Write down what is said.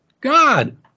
God